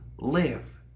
Live